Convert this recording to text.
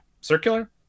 circular